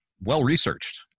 well-researched